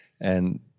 And-